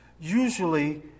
usually